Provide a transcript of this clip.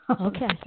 Okay